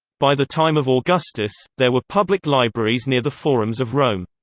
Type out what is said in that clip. by the time of augustus, there were public libraries near the forums of rome.